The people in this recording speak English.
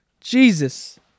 Jesus